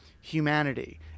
humanity